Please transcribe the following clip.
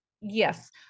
Yes